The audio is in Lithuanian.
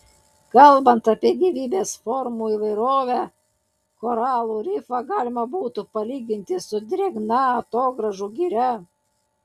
kalbant apie gyvybės formų įvairovę koralų rifą galima būtų palyginti su drėgna atogrąžų giria